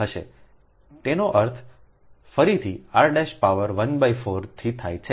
તેનો અર્થ ફરીથી r પાવર 1 બાય 4 થી થાય છે